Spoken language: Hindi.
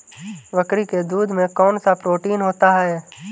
बकरी के दूध में कौनसा प्रोटीन होता है?